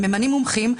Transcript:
הם ממנים מומחים,